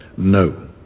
No